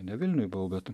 ne vilniuj buvau bet